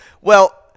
Well-